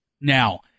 Now